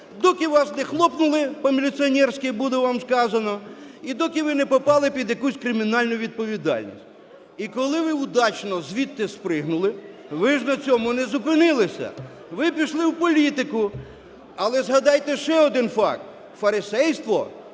Доки вас не хлопнули, по-міліціонерські буде вам сказано, і доки ви не попали під якусь кримінальну відповідальність. І коли ви удачно звідти спригнули, ви ж на цьому не зупинилися, ви пішли в політику. Але згадайте ще один факт. Фарисейство